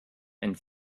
and